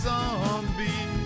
Zombie